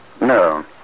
No